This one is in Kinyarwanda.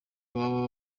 baba